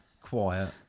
quiet